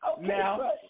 Now